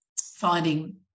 finding